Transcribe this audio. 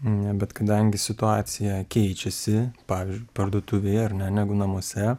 ne bet kadangi situacija keičiasi pavyzdžiui parduotuvėje ar ne negu namuose